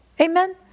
Amen